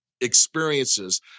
experiences